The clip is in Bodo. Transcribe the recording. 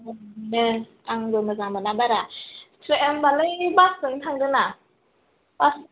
दे आंबो मोजां मोना बारा होमब्लालाय बासजोंनो थांदो ना